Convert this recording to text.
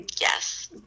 yes